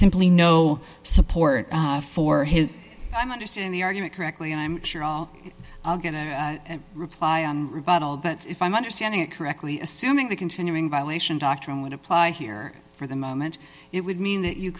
simply no support for his i understand the argument correctly and i'm sure i'll get a reply on rebuttal but if i'm understanding it correctly assuming the continuing violation doctrine would apply here for the moment it would mean that you